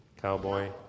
Cowboy